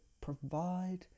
provide